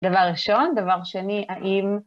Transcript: דבר ראשון, דבר שני, האם...